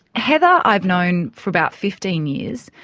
heather i've known for about fifteen years.